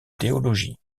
théologie